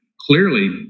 clearly